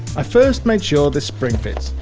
i first made sure this spring fits,